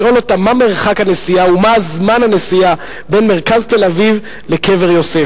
לשאול אותם מה מרחק הנסיעה ומה זמן הנסיעה בין מרכז תל-אביב לקבר יוסף.